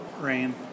Rain